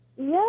Yes